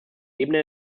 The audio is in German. ebene